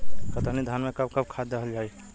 कतरनी धान में कब कब खाद दहल जाई?